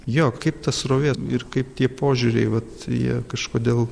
jo kaip ta srovė ir kaip tie požiūriai vat jie kažkodėl